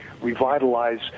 revitalize